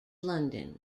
london